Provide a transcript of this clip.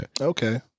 Okay